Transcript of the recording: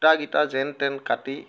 খুটাকেইটা যেনতেন কাটি